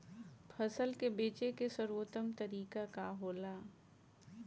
फसल के बेचे के सर्वोत्तम तरीका का होला?